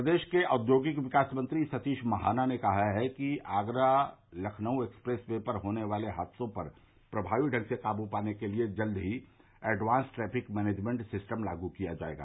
प्रदेश के औद्योगिक विकास मंत्री सतीश महाना ने कहा है कि लखनऊ आगरा एक्सप्रेस वे पर होने वाले हादसों पर प्रभावी ढंग से काबू पाने के लिए जल्द ही एडवांस ट्रैफ़िक मैनेजमेंट सिस्टम लागू किया जायेगा